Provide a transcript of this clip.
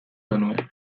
genuen